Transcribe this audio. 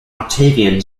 octavian